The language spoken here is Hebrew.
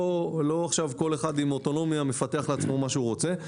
לא עכשיו כל אחד עם אוטונומיה מפתח לעצמו מה שהוא רוצה.